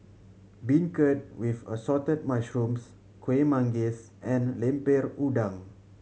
beancurd with Assorted Mushrooms Kueh Manggis and Lemper Udang